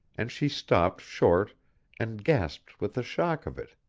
and she stopped short and gasped with the shock of it.